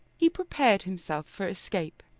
he prepared himself for escape.